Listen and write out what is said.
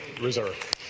reserve